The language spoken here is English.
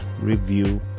review